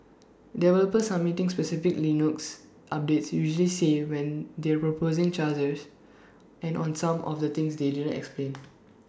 developers submitting specific Linux updates usually say when they're proposing chargers and on some of the things they didn't explain